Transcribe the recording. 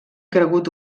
cregut